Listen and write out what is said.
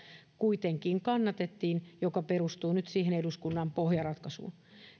kuitenkin kannatettiin tätä esitystä joka perustuu nyt siihen eduskunnan pohjaratkaisuun